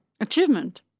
Achievement